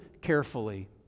carefully